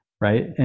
right